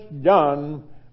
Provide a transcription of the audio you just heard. done